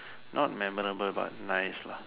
not memorable but nice lah